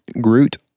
Groot